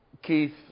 Keith